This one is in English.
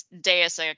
deus